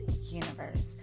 Universe